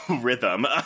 rhythm